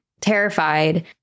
terrified